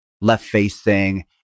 left-facing